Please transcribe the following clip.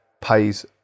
pays